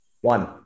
one